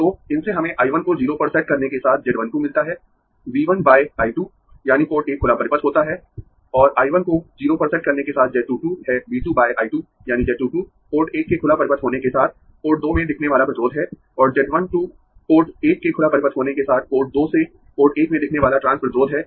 तो इनसे हमें I 1 को 0 पर सेट करने के साथ Z 12 मिलता है V 1 बाय I 2 यानी पोर्ट 1 खुला परिपथ होता है और I 1 को 0 पर सेट करने के साथ Z 22 है V 2 बाय I 2 यानी Z 2 2 पोर्ट 1 के खुला परिपथ होने के साथ पोर्ट 2 में दिखने वाला प्रतिरोध है और Z 1 2 पोर्ट 1 के खुला परिपथ होने के साथ पोर्ट 2 से पोर्ट 1 में दिखने वाला ट्रांस प्रतिरोध है